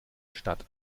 statt